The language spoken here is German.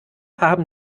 haben